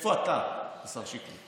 איפה אתה, השר שיקלי?